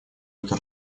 это